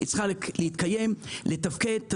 היא צריכה להתקיים, לתפקד.